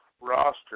roster